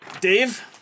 Dave